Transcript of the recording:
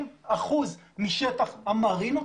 80 אחוזים משטח המרינות,